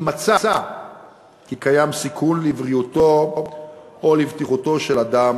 אם מצא כי קיים סיכון לבריאותו או לבטיחותו של אדם